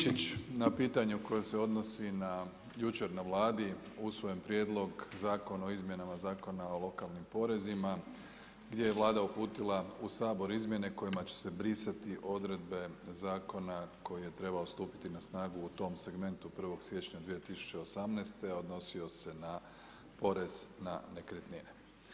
Sinčić na pitanje koje se odnosi jučer na Vladi, usvojen prijedlog Zakon o izmjenama Zakona o lokalnim porezima, gdje je Vlada uputila u Sabor izmjene kojima će se brisati odredbe zakona koji je trebao stupiti na nagu u tom segmentu 1.1.2018., a odnosio se na porez na nekretnine.